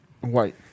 white